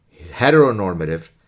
Heteronormative